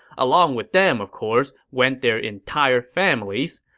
along with them, of course, went their entire families.